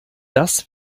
das